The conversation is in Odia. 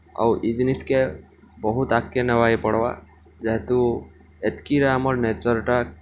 ଆଉ ଇ ଜିନିଷ୍କେ ବହୁତ୍ ଆଗ୍କେ ନେବାକେ ପଡ଼୍ବା ଯେହେତୁ ଏତ୍କିରେ ଆମର୍ ନେଚର୍ଟା